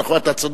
נכון, אתה צודק.